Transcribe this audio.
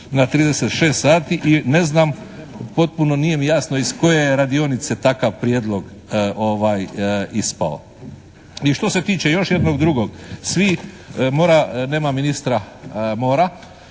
na 36 sati i ne znam potpuno nije mi jasno iz koje je radionice takav prijedlog ispao. I što se tiče još jednog drugog, svi, mora, nema ministra mora,